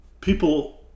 people